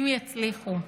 אם יצליחו.